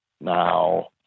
Now